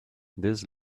this